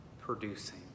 producing